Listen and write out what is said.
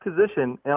position